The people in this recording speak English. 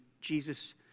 Jesus